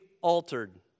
altered